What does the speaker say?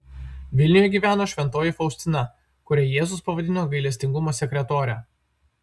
vilniuje gyveno šventoji faustina kurią jėzus pavadino gailestingumo sekretore